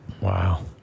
Wow